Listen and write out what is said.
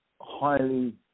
highly